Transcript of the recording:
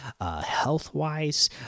health-wise